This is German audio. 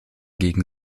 gegen